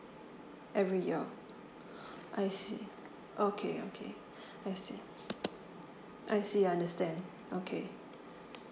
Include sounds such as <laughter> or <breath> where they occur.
every year <breath> I see okay okay <breath> I see I see understand okay